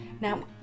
Now